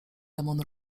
demon